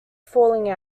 falling